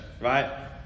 right